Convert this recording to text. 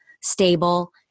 stable